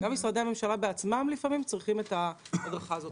גם משרדי הממשלה בעצמם לפעמים צריכים את ההדרכה הזאת.